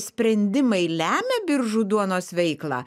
sprendimai lemia biržų duonos veiklą